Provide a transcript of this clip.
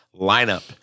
lineup